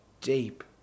deep